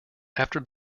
after